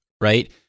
right